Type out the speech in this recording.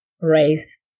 race